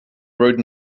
rode